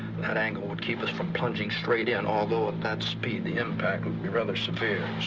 that angle would keep us from plunging straight in. although, at that speed, the impact would be rather severe.